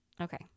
Okay